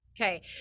Okay